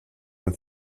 and